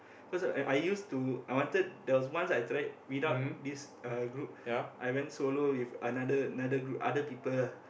because I I used to I wanted there was once I tried without this uh group I went solo with another another group other people lah